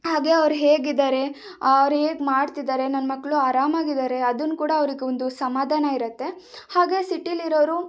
ಹಾಗೆ ಅವರು ಹೇಗಿದ್ದಾರೆ ಅವರು ಹೇಗೆ ಮಾಡ್ತಿದ್ದಾರೆ ನನ್ನ ಮಕ್ಕಳು ಆರಾಮಾಗಿದ್ದಾರೆ ಅದನ್ನು ಕೂಡ ಅವರಿಗೊಂದು ಸಮಾಧಾನ ಇರುತ್ತೆ ಹಾಗೆ ಸಿಟಿಲಿರೋರು